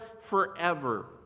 forever